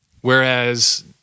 Whereas